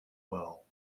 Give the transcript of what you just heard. well